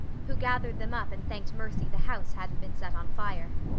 who gathered them up and thanked mercy the house hadn't been set on fire.